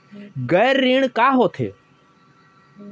गैर ऋण का होथे?